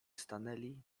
stanęli